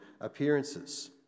appearances